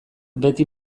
beti